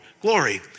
Glory